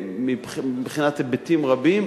מבחינת היבטים רבים,